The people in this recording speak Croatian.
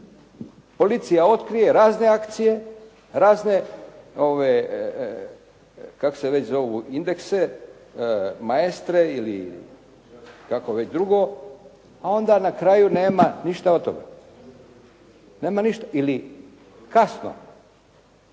Policija otkrije razne akcije, razne kako se već zovu indekse, maestre ili kako već drugo, a onda na kraju nema ništa od toga. Nema ništa ili kasno.